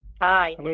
Hi